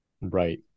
Right